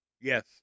Yes